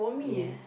yes